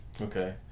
Okay